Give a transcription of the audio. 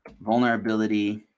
vulnerability